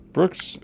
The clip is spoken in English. Brooks